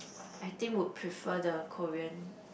I think would prefer the Korean